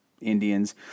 Indians